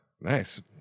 Nice